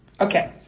Okay